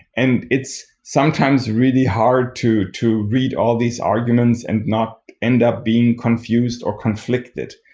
and it's sometimes really hard to to read all these arguments and not end up being confused or conflicted.